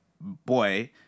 boy